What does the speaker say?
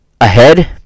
Ahead